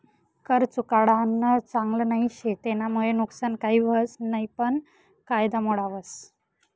कर चुकाडानं चांगल नई शे, तेनामुये नुकसान काही व्हस नयी पन कायदा मोडावस